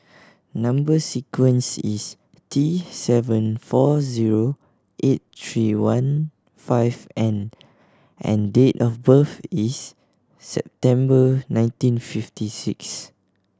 number sequence is T seven four zero eight three one five N and date of birth is September nineteen fifty six